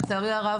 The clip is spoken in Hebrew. לצערי הרב,